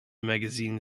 magazine